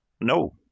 No